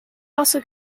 also